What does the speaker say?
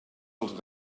dels